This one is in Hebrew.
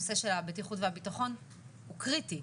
הנושא של הבטיחות והביטחון הוא קריטי,